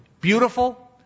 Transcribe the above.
beautiful